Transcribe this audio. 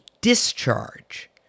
discharge